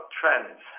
trends